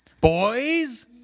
Boys